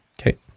Okay